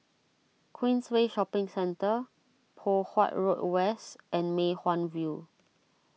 Queensway Shopping Centre Poh Huat Road West and Mei Hwan View